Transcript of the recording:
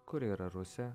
kuri yra rusė